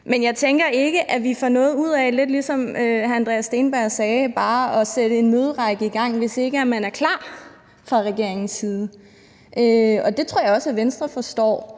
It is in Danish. Men jeg tænker ikke, at vi får noget ud af, lidt ligesom hr. Andreas Steenberg sagde, bare at sætte en møderække i gang, hvis ikke man er klar fra regeringens side, og det tror jeg også at Venstre forstår.